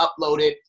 uploaded